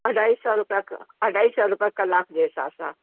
अढाई सौ रुपया अढाई सौ रुपया कलाक जे हिसाब सां